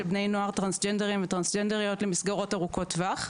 בני נוער טרנסג'נדרים וטרנסג'נדריות למסגרות ארוכות טווח.